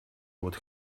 what